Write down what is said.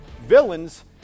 Villains